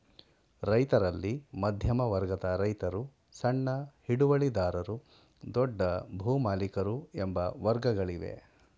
ರೈತರಲ್ಲಿ ಮಧ್ಯಮ ವರ್ಗದ ರೈತರು, ಸಣ್ಣ ಹಿಡುವಳಿದಾರರು, ದೊಡ್ಡ ಭೂಮಾಲಿಕರು ಎಂಬ ವರ್ಗಗಳಿವೆ